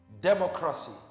Democracy